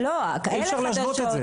חדשות, אי אפשר להשוות את זה.